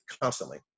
constantly